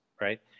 right